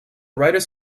writers